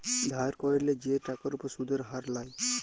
ধার ক্যইরলে যে টাকার উপর সুদের হার লায়